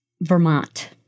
Vermont